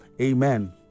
Amen